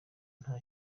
nta